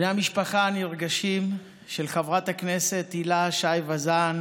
בני המשפחה הנרגשים של חברת הכנסת הילה שי וזאן,